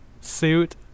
suit